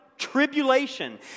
tribulation